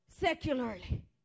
secularly